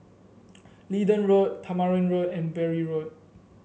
Leedon Road Tamarind Road and Bury Road